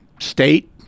state